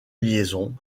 liaison